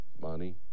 Money